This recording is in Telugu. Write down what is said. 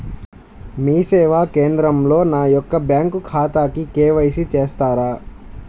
మీ సేవా కేంద్రంలో నా యొక్క బ్యాంకు ఖాతాకి కే.వై.సి చేస్తారా?